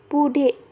पुढे